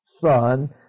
son